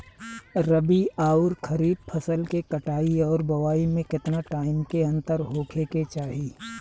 रबी आउर खरीफ फसल के कटाई और बोआई मे केतना टाइम के अंतर होखे के चाही?